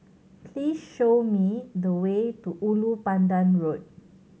please show me the way to Ulu Pandan Road